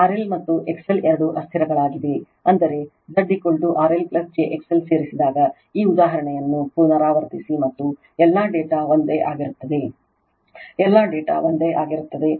RL ಮತ್ತು XL ಎರಡೂ ಅಸ್ಥಿರಗಳಾಗಿವೆ ಅಂದರೆ Z RL j XL ಸೇರಿಸಿದಾಗ ಈ ಉದಾಹರಣೆಯನ್ನು ಪುನರಾವರ್ತಿಸಿ ಮತ್ತು ಎಲ್ಲಾ ಡೇಟಾ ಒಂದೇ ಆಗಿರುತ್ತದೆ ಎಲ್ಲಾ ಡೇಟಾ ಒಂದೇ ಆಗಿರುತ್ತದೆ